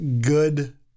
good